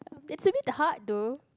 it's a bit hard though